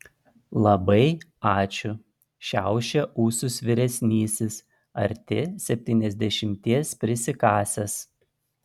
labai ačiū šiaušia ūsus vyresnysis arti septyniasdešimties prisikasęs